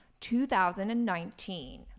2019